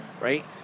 right